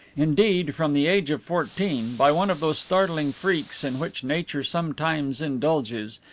indeed, from the age of fourteen, by one of those startling freaks in which nature sometimes indulges,